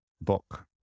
book